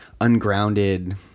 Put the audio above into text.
ungrounded